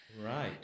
Right